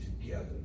together